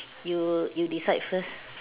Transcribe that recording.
you you decide first